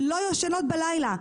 לא ישנות בלילה.